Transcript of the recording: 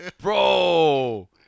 Bro